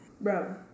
Bro